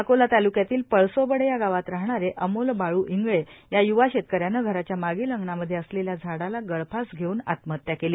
अकोला ताल्क्यातील पळसो बढे या गावात राहणारे अमोल बाळू इंगळे या य्वा शेतकऱ्यानं घराच्या मागील अंगणामध्ये असलेल्या झाडाला गळफास घेऊन आत्महत्या केली